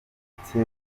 uretse